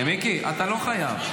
מיקי, אתה לא חייב.